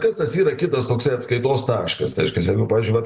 kas tas yra kitas toksai atskaitos taškas tai reiškias jeigu pavyzdžiui vat